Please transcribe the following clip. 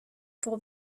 pour